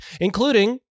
including